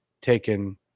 taken